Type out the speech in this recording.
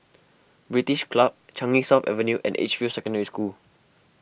British Club Changi South Avenue and Edgefield Secondary School